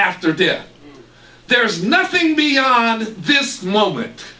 after death there's nothing beyond this moment